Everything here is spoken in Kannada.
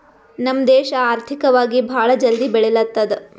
ನಮ್ ದೇಶ ಆರ್ಥಿಕವಾಗಿ ಭಾಳ ಜಲ್ದಿ ಬೆಳಿಲತ್ತದ್